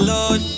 Lord